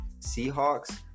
Seahawks